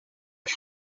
als